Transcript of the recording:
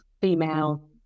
female